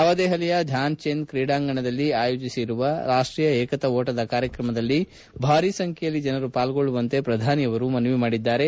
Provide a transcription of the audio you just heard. ನವದೆಹಲಿಯ ಧ್ಯಾನ್ ಚಂದ್ ಕ್ರೀಡಾಂಗಣದಲ್ಲಿ ಆಯೋಜಿಸಿರುವ ರಾಷ್ಟೀಯ ಏಕತಾ ಓಟದ ಕಾರ್ಯಕ್ರಮದಲ್ಲಿ ಭಾರೀ ಸಂಬೈಯಲ್ಲಿ ಜನರು ಪಾಲ್ಗೊಳ್ಳುವಂತೆ ಪ್ರಧಾನಿ ಅವರು ಮನವಿ ಮಾಡಿದ್ದಾರೆ